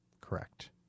Correct